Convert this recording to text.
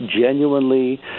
genuinely